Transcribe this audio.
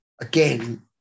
Again